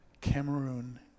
Cameroon